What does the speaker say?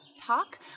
talk